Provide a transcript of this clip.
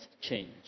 change